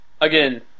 Again